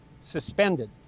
suspended